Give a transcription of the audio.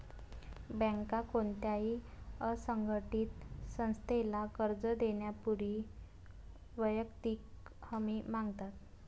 बँका कोणत्याही असंघटित संस्थेला कर्ज देण्यापूर्वी वैयक्तिक हमी मागतात